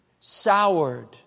soured